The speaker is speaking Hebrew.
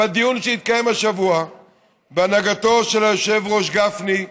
בדיון שהתקיים השבוע בהנהגתו של היושב-ראש גפני,